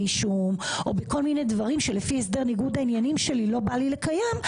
אישום או בכל מיני דברים שלפי הסדר ניגוד העניינים שלי לא בא לקיים,